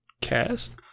Cast